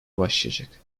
başlayacak